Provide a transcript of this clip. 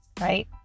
right